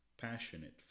passionate